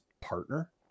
partner